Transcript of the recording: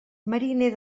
mariner